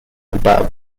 above